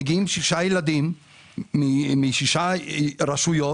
מגיעים שישה ילדים משש רשויות